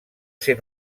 ser